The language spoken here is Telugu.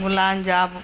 గులాబ్ జామున్